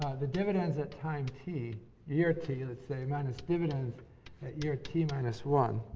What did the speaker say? the dividends at time t year t, let's say minus dividends at year t minus one